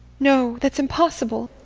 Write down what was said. no! that's impossible!